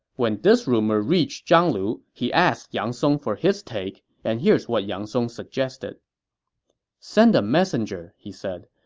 when this rumor reached zhang lu, he asked yang song for his take. and here's what yang song suggested send a messenger, he said,